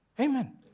Amen